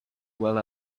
while